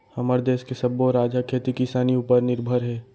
हमर देस के सब्बो राज ह खेती किसानी उपर निरभर हे